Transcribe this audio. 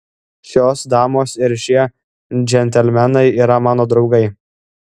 šios damos ir šie džentelmenai yra mano draugai